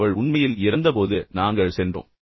அவள் உண்மையில் இறந்தபோது நாங்கள் சென்றோம்